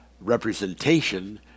representation